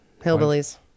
hillbillies